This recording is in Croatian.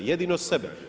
Jedino sebe.